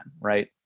right